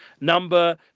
number